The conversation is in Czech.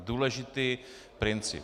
Důležitý princip.